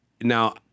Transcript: Now